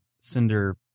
cinder